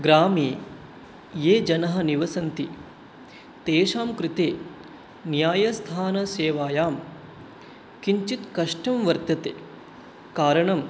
ग्रामे ये जनाः निवसन्ति तेषां कृते न्यायस्थानसेवायां किञ्चित् कष्टं वर्तते कारणम्